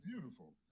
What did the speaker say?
beautiful